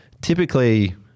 typically